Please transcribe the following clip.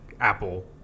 Apple